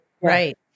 right